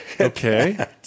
Okay